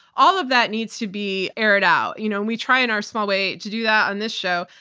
all of that needs to be aired out. you know and we try in our small way to do that on this show.